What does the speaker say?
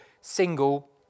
single